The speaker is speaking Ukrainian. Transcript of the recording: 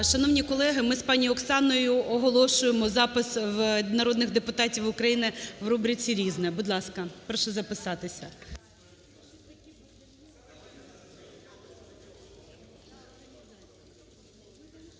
Шановні колеги, ми з пані Оксаною оголошуємо запис народних депутатів України в рубриці "Різне". Будь ласка, прошу записатися.